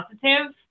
positive